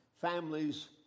families